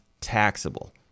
taxable